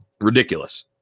Ridiculous